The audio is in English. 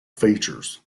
features